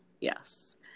Yes